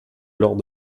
lors